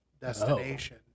destination